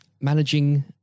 managing